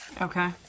Okay